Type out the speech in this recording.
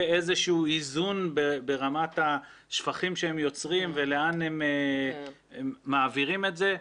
איזשהו איזון ברמת השפכים שהם יוצרים ולאן מעבירים את זה.